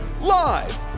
Live